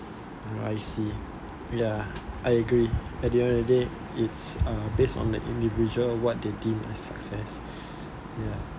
ri~ I see I agree at the end of the day it's uh based on the individual what they deem success ya